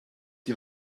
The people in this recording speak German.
die